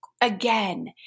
Again